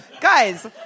Guys